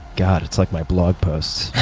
god, it's like my blog posts.